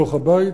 בתוך הבית?